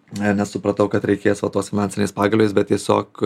nesupratau kad reikės o tos finansinės pagalvės bet tiesiog